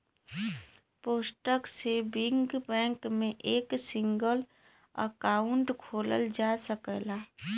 postal saving bank में एक single account खोलल जा सकला